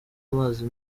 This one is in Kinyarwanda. amazi